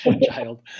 child